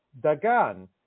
Dagan